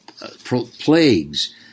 plagues